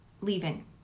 leaving